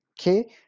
okay